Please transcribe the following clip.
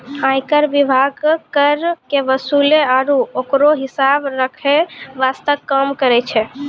आयकर विभाग कर के वसूले आरू ओकरो हिसाब रख्खै वास्ते काम करै छै